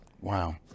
Wow